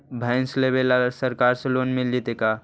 भैंस लेबे ल सरकार से लोन मिल जइतै का?